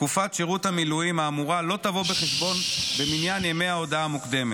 תקופת שירות המילואים האמורה לא תבוא בחשבון במניין ימי ההודעה המוקדמת.